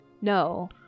No